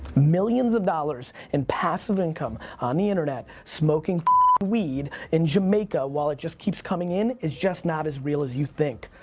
millions of dollars in passive income on the internet smoking weed in jamaica while it just keeps coming in, is just not as real as you think,